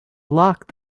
locked